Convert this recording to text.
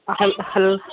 हल हल